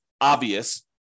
obvious